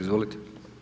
Izvolite.